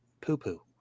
poo-poo